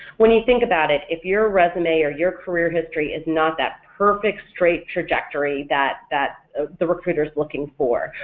when you think about it if your resume or your career history is not that perfect straight trajectory that that the recruiter is looking for,